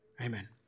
Amen